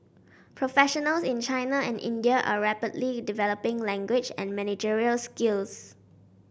professionals in China and India are rapidly developing language and managerial skills